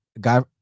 Guy